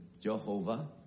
Jehovah